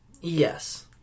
Yes